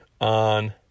on